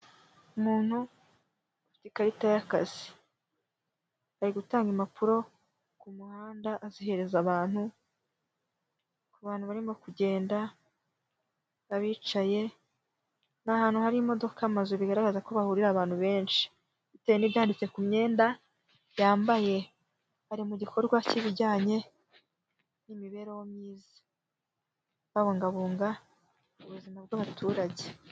Umuntu ufite ikarita y'akazi, ari gutanga impapuro ku muhanda azihereza abantu, ku bantu barimo kugenda n'abicaye, ni ahantu hari imodoka, amazu bigaragaza ko bahurira abantu benshi, bitewe n'ibyanditse ku myenda bambaye, bari mu gikorwa cy'ibijyanye n'imibereho myiza babungabunga ubuzima bw'abaturage.